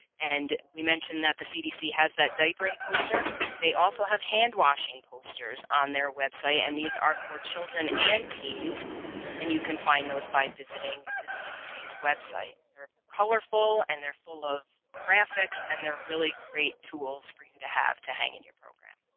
and we mentioned that the cdc has that diapering poster they also have hand-washing posters on their website and these are for children and teens and you can find those by visiting the cdc's website. they're colorful and they're full of graphics and they're really great tools for you to have to hang in your program.